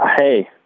Hey